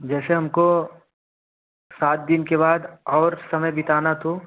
जैसे हमको सात दिन के बाद और समय बिताना तो